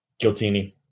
Guiltini